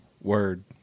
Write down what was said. Word